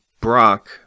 Brock